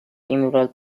emerald